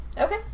Okay